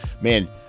man